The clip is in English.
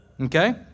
Okay